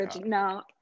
no